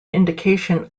indication